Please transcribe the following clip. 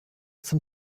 zum